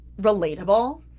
relatable